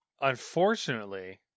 Unfortunately